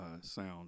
sound